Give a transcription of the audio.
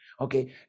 Okay